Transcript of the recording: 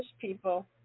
people